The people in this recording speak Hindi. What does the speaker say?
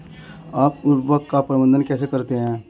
आप उर्वरक का प्रबंधन कैसे करते हैं?